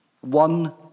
one